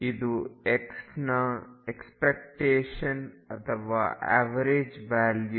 ಇದು x ನ expectation ಅಥವಾ ಎವರೇಜ್ ವ್ಯಾಲ್ಯೂ